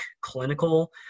clinical